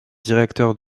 directeur